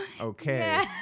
okay